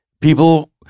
People